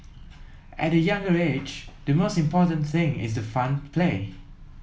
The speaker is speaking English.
at the younger age the most important thing is the fun play